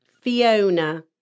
Fiona